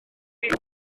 litr